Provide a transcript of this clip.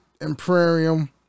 Imperium